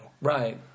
Right